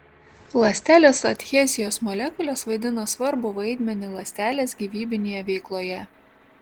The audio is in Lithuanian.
ląstelės adhezijos molekulės vaidina svarbų vaidmenį ląstelės gyvybinėje veikloje